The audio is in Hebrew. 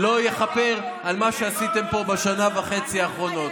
לא יכפר על מה שעשיתם פה בשנה וחצי האחרונות.